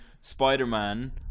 Spider-Man